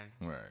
right